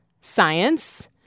science